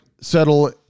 Settle